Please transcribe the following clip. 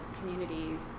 communities